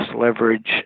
leverage